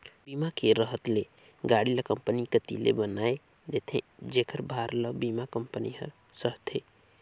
बीमा के रहत ले गाड़ी ल कंपनी कति ले बनाये देथे जेखर भार ल बीमा कंपनी हर सहथे